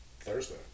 Thursday